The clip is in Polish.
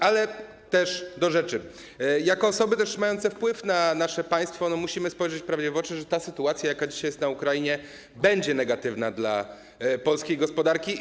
Ale też do rzeczy: jako osoby mające wpływ na nasze państwo musimy spojrzeć prawdzie w oczy, że sytuacja, jaka dzisiaj jest na Ukrainie, będzie negatywna dla polskiej gospodarki.